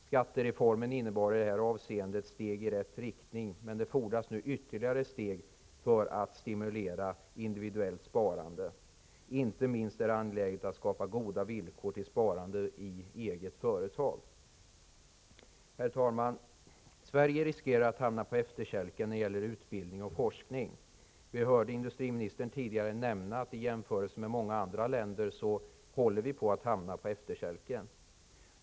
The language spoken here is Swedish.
Skattereformen innebar i detta avseende ett steg i rätt riktning, men det fordras nu ytterligare steg för att stimulera individuellt sparande. Inte minst är det angeläget att skapa goda villkor för sparande i eget företag. Herr talman! Sverige riskerar att hamna på efterkälken när det gäller utbildning och forskning. Vi hörde industriministern säga att i jämförelse med andra länder håller vi på att hamna på efterkälken.